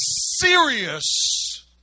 serious